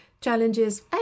Challenges